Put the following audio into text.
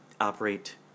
operate